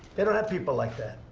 they don't have people like that.